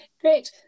Great